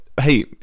hey